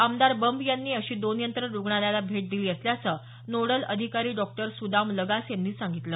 आमदार बंब यांनी अशी दोन यंत्रं रुग्णालयाला भेट दिली असल्याचं नोडल अधिकारी डॉ सुदाम लगास यांनी सांगितलं